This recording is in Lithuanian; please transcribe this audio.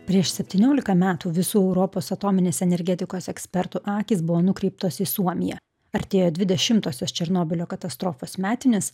prieš septyniolika metų visų europos atominės energetikos ekspertų akys buvo nukreiptos į suomiją artėjo dvidešimtosios černobylio katastrofos metinės